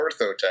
Orthotech